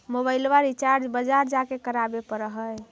मोबाइलवा रिचार्ज बजार जा के करावे पर है?